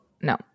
No